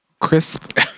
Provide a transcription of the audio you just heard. crisp